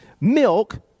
Milk